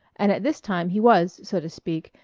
and at this time he was, so to speak,